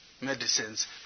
medicines